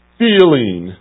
feeling